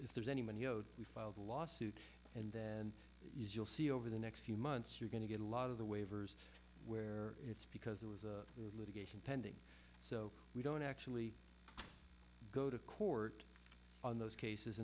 if there's anyone here we filed a lawsuit and then you'll see over the next few months you're going to get a lot of the waivers where it's because there was a litigation pending so we don't actually go to court on those cases